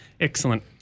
Excellent